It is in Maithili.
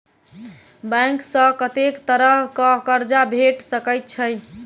बैंक सऽ कत्तेक तरह कऽ कर्जा भेट सकय छई?